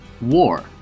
War